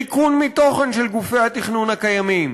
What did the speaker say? ריקון מתוכן של גופי התכנון הקיימים,